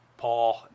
Paul